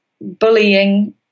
bullying